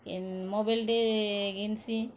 କେନ୍ ମୋବାଇଲ୍ଟେ ଘିନ୍ସି